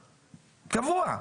קבוע.